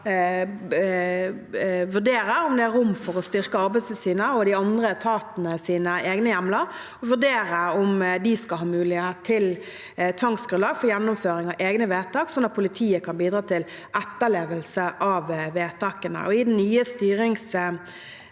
vurdere om det er rom for å styrke Arbeidstilsynets og de andre etatenes egne hjemler, og vurdere om de skal ha mulighet til tvangsgrunnlag for gjennomføring av egne vedtak, sånn at politiet kan bidra til etterlevelse av vedtakene.